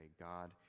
God